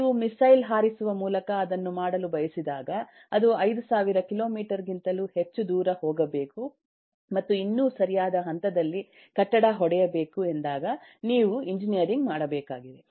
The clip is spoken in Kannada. ನೀವು ಮಿಸೈಲ್ ಹಾರಿಸುವ ಮೂಲಕ ಅದನ್ನು ಮಾಡಲು ಬಯಸಿದಾಗ ಅದು 5000 ಕಿಲೋಮೀಟರ್ ಗಿಂತಲೂ ಹೆಚ್ಚು ದೂರ ಹೋಗಬೇಕು ಮತ್ತು ಇನ್ನೂ ಸರಿಯಾದ ಹಂತದಲ್ಲಿ ಕಟ್ಟಡ ಹೊಡೆಯಬೇಕು ಎಂದಾಗ ನೀವು ಎಂಜಿನಿಯರಿಂಗ್ ಮಾಡಬೇಕಾಗಿದೆ